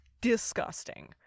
disgusting